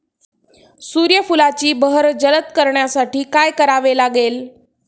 सूर्यफुलाची बहर जलद करण्यासाठी काय करावे लागेल?